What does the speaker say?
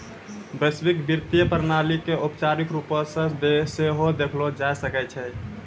वैश्विक वित्तीय प्रणाली के औपचारिक रुपो से सेहो देखलो जाय सकै छै